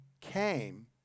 came